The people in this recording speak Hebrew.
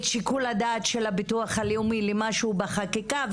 שיקול הדעת של הביטוח הלאומי למשהו בחקיקה,